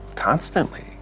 Constantly